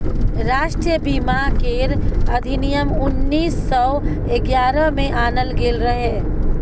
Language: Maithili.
राष्ट्रीय बीमा केर अधिनियम उन्नीस सौ ग्यारह में आनल गेल रहे